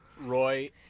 Roy